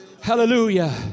Hallelujah